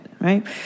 right